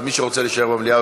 אז מי שרוצה להישאר במליאה,